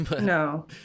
No